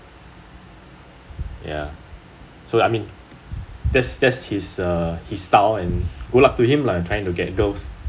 ya so I mean that's that's his his style and good luck to him lah trying to get girls